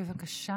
בבקשה,